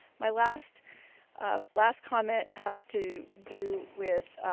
my last ah last comment has to do with